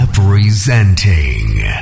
Representing